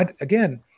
again